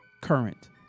current